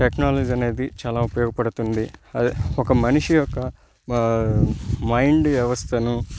technology అనేది చాలా ఉపయోగపడుతుంది అదే ఒక మనిషి యొక్క మైండ్ వ్యవస్థను